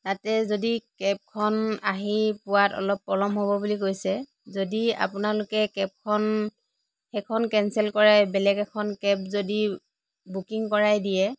তাতে যদি কেবখন আহি পোৱাত অলপ পলম হ'ব বুলি কৈছে যদি আপোনালোকে কেবখন সেইখন কেঞ্চেল কৰাই বেলেগ এখন কেব যদি বুকিং কৰাই দিয়ে